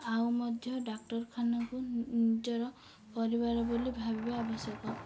ଆଉ ମଧ୍ୟ ଡାକ୍ତରଖାନାକୁ ନିଜର ପରିବାର ବୋଲି ଭାବିବା ଆବଶ୍ୟକ